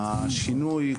השינוי,